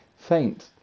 Faint